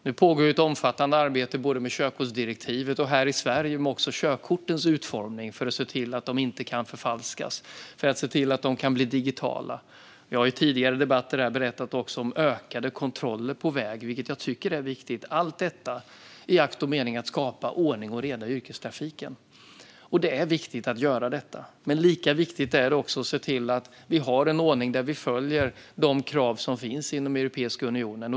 Nu pågår ett omfattande arbete både med körkortsdirektivet och här i Sverige med körkortens utformning för att göra dem digitala och se till att de inte kan förfalskas. Jag har i tidigare debatter också berättat om ökade kontroller på väg, vilket jag tycker är viktigt, allt detta i akt och mening att skapa ordning och reda i yrkestrafiken. Det är viktigt att göra detta, men lika viktigt är det att se till att vi har en ordning där vi följer de krav som finns inom Europeiska unionen.